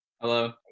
Hello